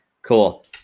Cool